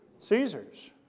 caesar's